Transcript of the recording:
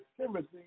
Timothy